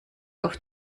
auf